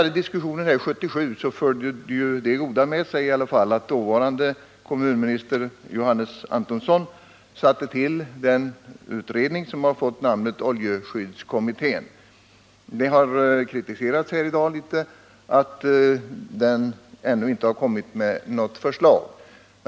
Diskussionen år 1977 ledde ändå till att dåvarande kommunministern Johannes Antonsson tillsatte den utredning som har fått namnet oljeskyddskommittén. Det har i dag riktats viss kritik mot att den ännu inte har lagt fram något förslag.